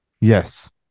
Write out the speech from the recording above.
Yes